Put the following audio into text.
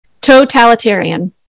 Totalitarian